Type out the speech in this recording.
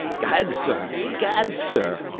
gad, sir! gad, sir!